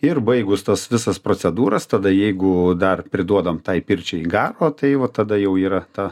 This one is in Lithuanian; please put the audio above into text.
ir baigus tas visas procedūras tada jeigu dar priduodam tai pirčiai garo tai va tada jau yra ta